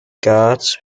guards